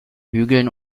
hügeln